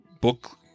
book